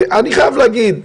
אני חייב להגיד,